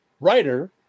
writer